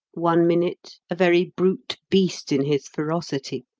one minute, a very brute-beast in his ferocity,